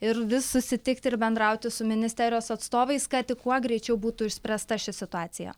ir vis susitikti ir bendrauti su ministerijos atstovais kad tik kuo greičiau būtų išspręsta ši situacija